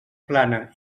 plana